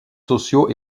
sociaux